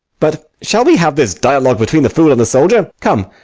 but shall we have this dialogue between the fool and the soldier? come,